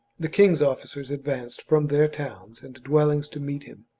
the king's officers advanced from their towns and dwell ings to meet him,